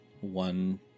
one